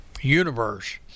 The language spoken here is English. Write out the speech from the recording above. universe